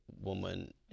woman